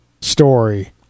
story